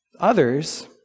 Others